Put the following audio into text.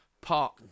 park